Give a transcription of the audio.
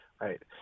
Right